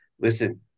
listen